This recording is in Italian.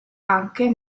anche